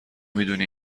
میدونی